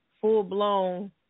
full-blown